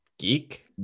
Geek